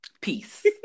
Peace